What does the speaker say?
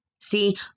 See